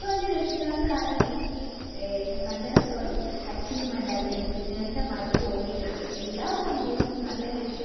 അപ്പോൾ എന്റെ രക്ഷിതാക്കളാണ് എനിക്ക് ഞാൻ കണ്ടെടുത്തോളം അച്ചീവ്മെന്റായിട്ട് എനിക്ക് നേട്ടമായിട്ട് തോന്നിയിട്ടുള്ളത് എല്ലാ സംഭവത്തിനും നല്ല രീതിയിൽ